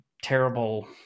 Terrible